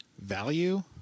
value